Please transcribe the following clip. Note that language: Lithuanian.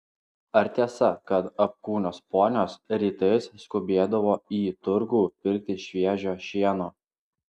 ar tiesa kad apkūnios ponios rytais skubėdavo į turgų pirkti šviežio šieno